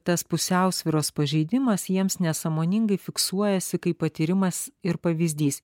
tas pusiausvyros pažeidimas jiems nesąmoningai fiksuojasi kaip patyrimas ir pavyzdys